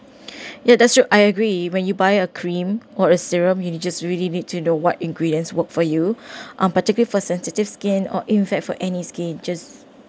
yeah that's true I agree when you buy a cream or a serum you just really need to know what ingredients work for you um particularly for sensitive skin or in fact for any skin just